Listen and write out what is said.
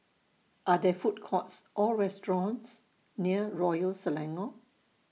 Are There Food Courts Or restaurants near Royal Selangor